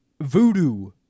Voodoo